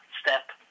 step